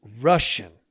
Russian